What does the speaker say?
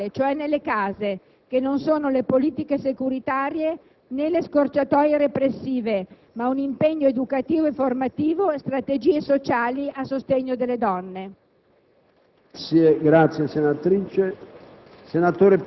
sugli strumenti per fermarla nei luoghi in cui prevale, cioè nelle case; strumenti che non sono le politiche securitarie o le scorciatoie repressive, ma un impegno educativo e formativo e strategie sociali a sostegno delle donne.